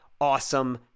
awesome